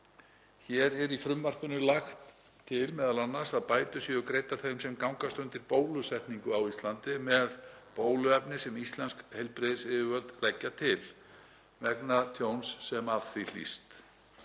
Hér í frumvarpinu er lagt til m.a. að bætur séu greiddar þeim sem gangast undir bólusetningu á Íslandi með bóluefni sem íslensk heilbrigðisyfirvöld leggja til vegna tjóns sem af því hlýst.